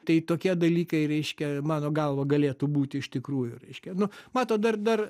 tai tokie dalykai reiškia mano galva galėtų būti iš tikrųjų reiškia nu matot dar dar